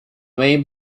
main